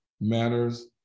matters